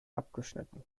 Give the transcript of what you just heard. abgeschnitten